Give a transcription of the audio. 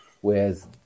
whereas